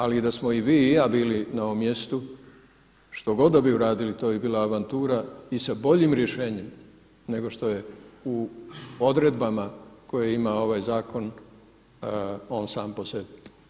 Ali da smo i vi i ja bili na ovom mjestu što god da bi uradili, to bi bila avantura i sa boljim rješenjem nego što je u odredbama koje ima ovaj zakon on sam po sebi.